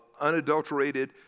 unadulterated